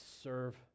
serve